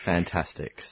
Fantastic